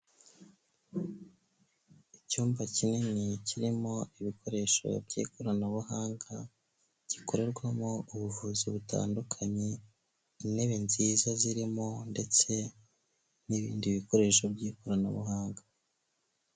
Icyumba kinini kirimo ibikoresho by'ikoranabuhanga, gikorerwamo ubuvuzi butandukanye, intebe nziza zirimo, ndetse n'ibindi bikoresho by'ikoranabuhanga.